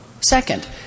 Second